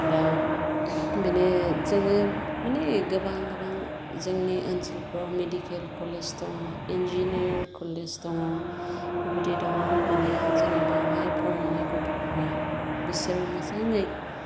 दा बेनो जोङो माने गोबां गोबां जोंनि ओनसोलफ्राव मिडिकेल कलेज दङ इन्जिनियार कलेज दङ बिबायदि दङ माने जोंनि बेयावहाय फरायनाय गथ'फ्रा बिसोरो मोजाङै